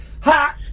Hot